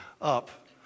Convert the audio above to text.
up